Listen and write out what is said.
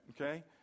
okay